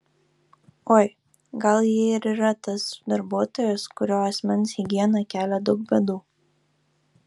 oi gal ji ir yra tas darbuotojas kurio asmens higiena kelia daug bėdų